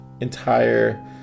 entire